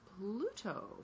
Pluto